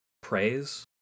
praise